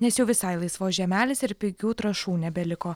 nes jau visai laisvos žemelės ir pigių trąšų nebeliko